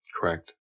Correct